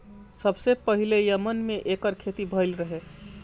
सबसे पहिले यमन में एकर खेती भइल रहे